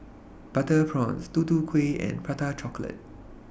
Butter Prawns Tutu Kueh and Prata Chocolate